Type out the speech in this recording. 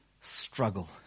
struggle